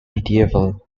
medieval